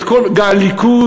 והליכוד,